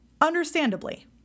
Understandably